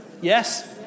Yes